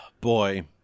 Boy